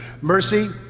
mercy